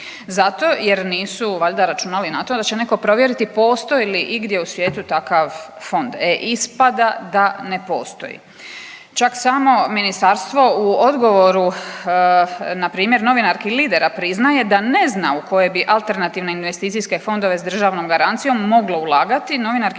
Zato jer nisu valjda računali na to da će netko provjeriti postoji li igdje u svijetu takav fond. E ispada da ne postoji. Čak samo ministarstvo u odgovoru na primjer novinarki Lidera priznaje da ne zna u koje bi alternativne investicijske fondove s državnom garancijom moglo ulagati, novinarki